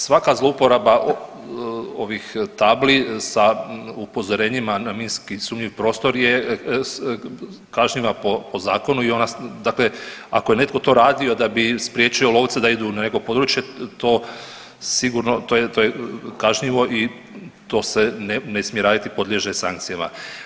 Svaka zlouporaba ovih tabli sa upozorenjima na minski sumnjiv prostor je kažnjiva po zakonu i ona dakle ako je netko to radio da bi spriječio lovca da ide na neko područje to sigurno to je kažnjivo i to se ne smije raditi i podliježe sankcijama.